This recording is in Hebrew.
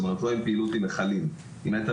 זאת אומרת לא בפעילות עם מכלים אלא בשנירקול.